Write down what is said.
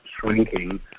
shrinking